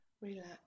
relax